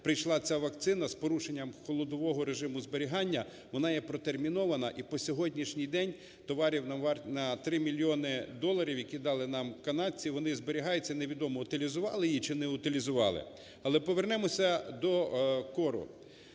прийшла ця вакцина з порушенням холодового режиму зберігання, вона є протермінована, і по сьогоднішній день товарів на 3 мільйони доларів, які дали нам канадці, вони зберігаються, невідомо, утилізували чи не утилізували. Але повернемося до кору.